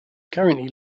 currently